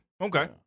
okay